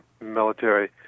military